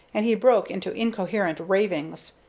and he broke into incoherent ravings.